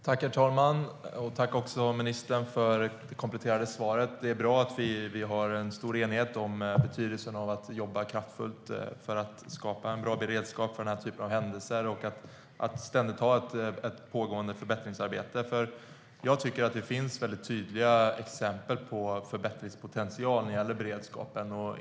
Herr talman! Tack, ministern, för det kompletterande svaret. Det är bra att vi har en stor enighet om betydelsen av att jobba kraftfullt för att skapa en bra beredskap för den här typen av händelser och för att ha ett ständigt pågående förbättringsarbete. Jag tycker att det finns väldigt tydliga exempel på förbättringspotential när det gäller beredskapen.